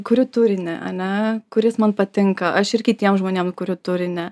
kuriu turinį ane kuris man patinka aš ir kitiem žmonėm kuriu turinį